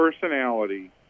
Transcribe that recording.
personality